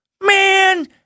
man